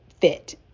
fit